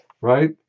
right